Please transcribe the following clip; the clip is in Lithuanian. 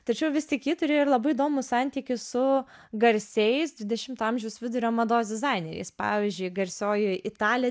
tačiau vis tik ji turėjo ir labai įdomų santykį su garsiais dvidešimto amžiaus vidurio mados dizaineriais pavyzdžiui garsioji italė